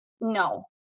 No